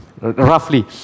roughly